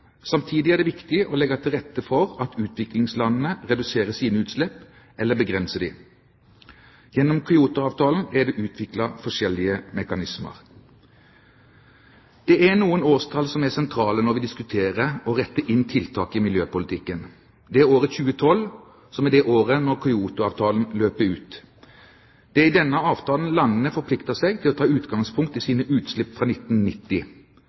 Samtidig er det viktig å legge til rette for at utviklingslandene reduserer sine utslipp, eller begrenser dem. Gjennom Kyoto-avtalen er det utviklet forskjellige mekanismer. Det er noen årstall som er sentrale når vi diskuterer og retter inn tiltak i miljøpolitikken. Det er året 2012, som er det året Kyoto-avtalen løper ut. Det er i denne avtalen landene forplikter seg til å ta utgangspunkt i sine utslipp fra 1990.